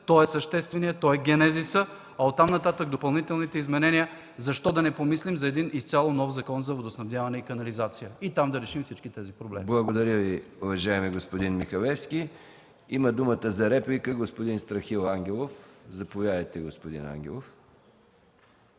той е същественият, той е генезисът, а от там нататък допълнителните изменения. Защо да не помислим за един изцяло нов Закон за водоснабдяване и канализация и там да решим всички тези проблеми? ПРЕДСЕДАТЕЛ МИХАИЛ МИКОВ: Благодаря Ви, уважаеми господин Михалевски. Има думата за реплика господин Страхил Ангелов. Заповядайте, господин Ангелов.